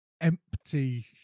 empty